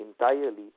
entirely